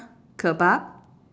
kebab